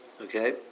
Okay